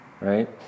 Right